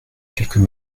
quelques